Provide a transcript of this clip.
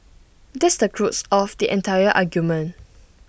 that's the crux of the entire argument